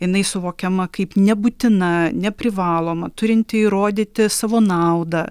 jinai suvokiama kaip nebūtina neprivaloma turinti įrodyti savo naudą